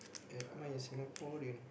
am I a Singaporean